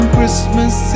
Christmas